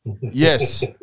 Yes